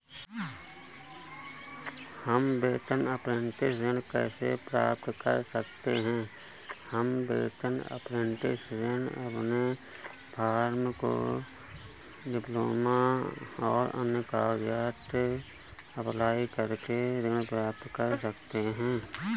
हम वेतन अपरेंटिस ऋण कैसे प्राप्त कर सकते हैं?